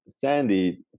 Sandy